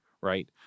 right